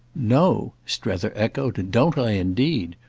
know? strether echoed don't i, indeed?